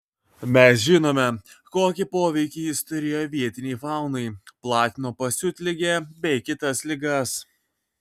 mes žinome kokį poveikį jis turėjo vietinei faunai platino pasiutligę bei kitas ligas